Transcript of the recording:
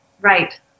Right